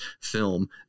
film